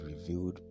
revealed